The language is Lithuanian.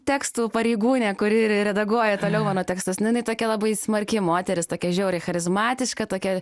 tekstų pareigūnė kuri redaguoja toliau mano tekstus nu jinai tokia labai smarki moteris tokia žiauriai charizmatiška tokia